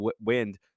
wind